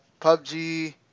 PUBG